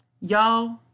y'all